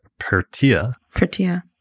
Pertia